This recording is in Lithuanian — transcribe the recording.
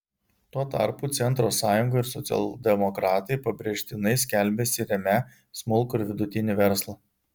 tuo tarpu centro sąjunga ir socialdemokratai pabrėžtinai skelbiasi remią smulkų ir vidutinį verslą